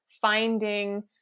finding